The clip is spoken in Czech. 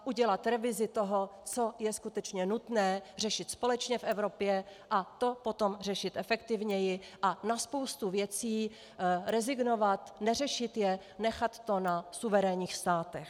Udělat revizi toho, co je skutečně nutné řešit společně v Evropě, a to potom řešit efektivněji a na spoustu věcí rezignovat, neřešit je, nechat to na suverénních státech.